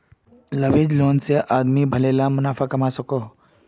leveraged loan से आदमी भले ला मुनाफ़ा कमवा सकोहो